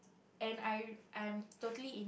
and I I'm totally in